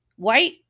White